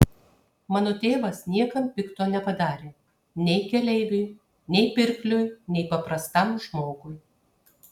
mano tėvas niekam pikto nepadarė nei keleiviui nei pirkliui nei paprastam žmogui